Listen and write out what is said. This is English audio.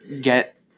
get